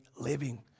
living